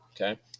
Okay